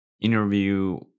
interview